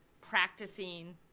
practicing